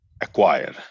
acquire